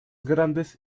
grandes